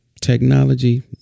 Technology